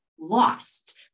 lost